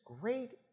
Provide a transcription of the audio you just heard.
great